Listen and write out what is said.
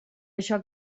això